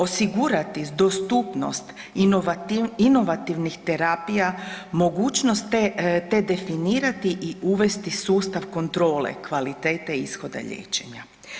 Osigurati dostupnost inovativnih terapija, mogućnost te definirati i uvesti sustav kontrole kvalitete ishoda liječenja.